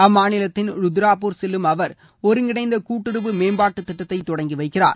அம்மாநிலத்தின் ருத்ரப்பூருக்கு செல்லும் அவர் ஒருங்கிணைந்த கூட்டுறவு மேம்பாட்டுத் திட்டத்தை தொடங்கி வைக்கிறார்